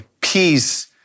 peace